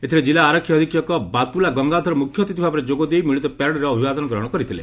ଏଥରେ ଜିଲ୍ଲା ଆରକ୍ଷୀ ଅଧିକ୍ଷକ ବାତୁଲା ଗଙ୍ଗାଧର ମୁଖ୍ୟ ଅତିଥି ଭାବରେ ଯୋଗଦେଇ ମିଳିତ ପ୍ୟାରେଡରେ ଅଭିବାଦନ ଗ୍ରହଶ କରିଥିଲେ